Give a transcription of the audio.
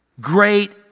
Great